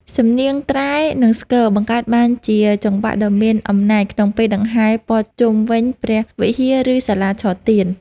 សំនៀងត្រែ និងស្គរ បង្កើតបានជាចង្វាក់ដ៏មានអំណាចក្នុងពេលដង្ហែព័ទ្ធជុំវិញព្រះវិហារ ឬសាលាឆទាន។